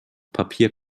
papier